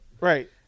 Right